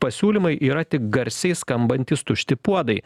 pasiūlymai yra tik garsiai skambantys tušti puodai